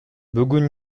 бүгүн